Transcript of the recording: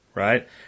Right